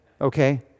Okay